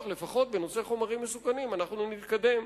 שלפחות בנושא חומרים מסוכנים אנחנו נתקדם.